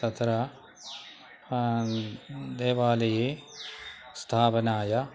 तत्र देवालये स्थापनाय